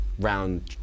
round